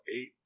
eight